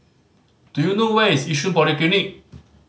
do you know where is Yishun Polyclinic